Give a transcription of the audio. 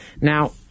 Now